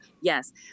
yes